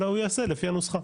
אלא הוא יעשה לפי הנוסחה.